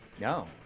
No